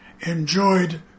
enjoyed